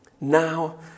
Now